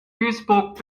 duisburg